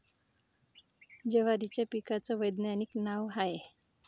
जवारीच्या पिकाचं वैधानिक नाव का हाये?